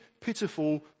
pitiful